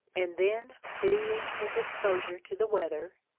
and then pitying his exposure to the weather,